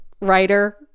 writer